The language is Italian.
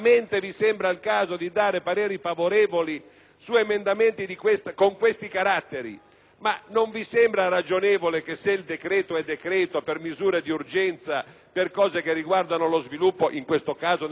Non vi sembra ragionevole che, se il decreto è tale per le misure urgenti che contiene, che riguardano lo sviluppo, in questo caso nel settore dell'agricoltura, ci si dovrebbe contenere in modo tale da evitare "marchette"